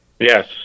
Yes